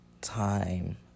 time